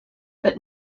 but